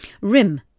rim